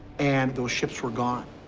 and those ships were gone.